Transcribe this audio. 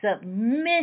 submission